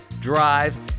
drive